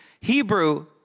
hebrew